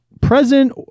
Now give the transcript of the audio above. present